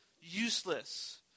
useless